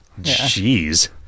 Jeez